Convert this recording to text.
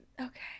okay